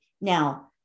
Now